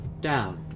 down